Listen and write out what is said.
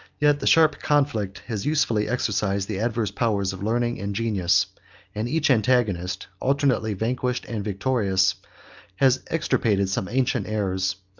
yet the sharp conflict has usefully exercised the adverse powers of learning and genius and each antagonist, alternately vanquished and victorious has extirpated some ancient errors,